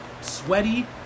sweaty